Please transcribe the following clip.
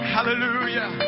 Hallelujah